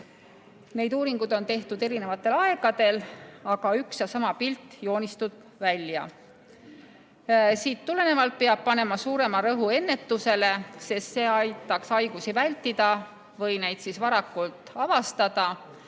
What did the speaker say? Neid uuringuid on tehtud erinevatel aegadel, aga üks ja sama pilt joonistub välja. Sellest tulenevalt peab panema suurema rõhu ennetusele, sest see aitaks haigusi vältida või varakult avastada,